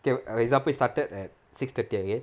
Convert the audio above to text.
okay example it started at six thirty okay